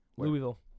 Louisville